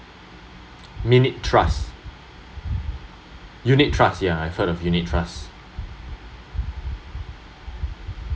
minute trust unit trust ya I heard of unit trust